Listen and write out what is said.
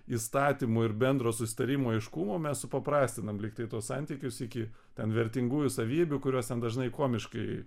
įstatymų ir bendro susitarimo aiškumo mes supaprastinam lyg tai tuos santykius iki ten vertingųjų savybių kurios dažnai komiškai